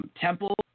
Temple